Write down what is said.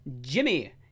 Jimmy